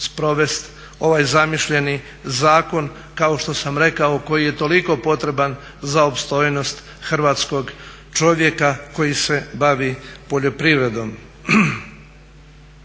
sprovesti ovaj zamišljeni zakon kao što sam rekao koji je toliko potreban za opstojnost hrvatskog čovjeka koji se bavi poljoprivredom.